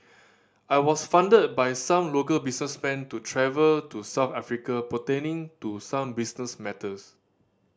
I was funded by some local businessmen to travel to South Africa pertaining to some business matters